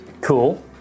cool